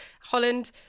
holland